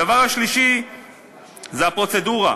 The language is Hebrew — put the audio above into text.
הדבר השלישי זה הפרוצדורה.